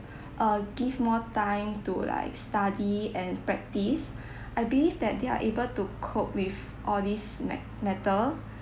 uh give more time to like study and practice I believe that they're able to cope with all these ma~ matter